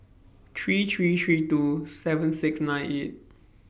three three three two seven six nine eight